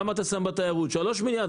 כמה אתה שם בתיירות, 3 מיליארד שקל?